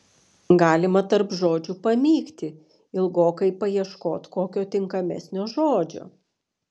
galima tarp žodžių pamykti ilgokai paieškot kokio tinkamesnio žodžio